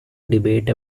debate